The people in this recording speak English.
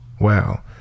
Wow